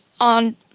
on